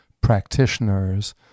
practitioners